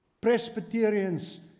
Presbyterians